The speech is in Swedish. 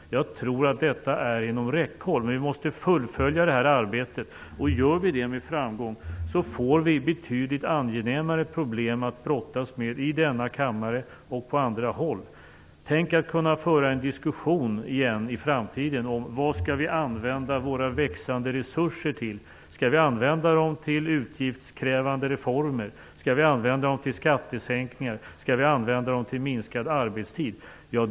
Jag tror att detta är inom räckhåll, men vi måste fullfölja detta arbete. Om vi gör det med framgång får vi betydligt angenämare problem att brottas med i denna kammare och på andra håll. Tänk att kunna föra en diskussion igen i framtiden om vad vi skall använda våra växande resurser till? Skall vi använda dem till utgiftskrävande reformer? Skall vi använda dem till skattesänkningar? Skall vi använda dem till minskad arbetstid?